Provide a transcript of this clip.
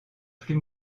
plus